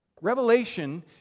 Revelation